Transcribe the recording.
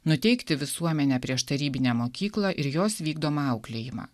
nuteikti visuomenę prieš tarybinę mokyklą ir jos vykdomą auklėjimą